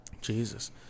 Jesus